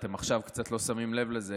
עכשיו אתם קצת לא שמים לב לזה,